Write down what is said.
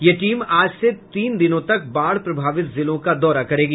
यह टीम आज से तीन दिनों तक बाढ़ प्रभावित जिलों का दौरा करेगी